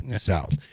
South